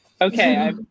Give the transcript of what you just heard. okay